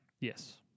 Yes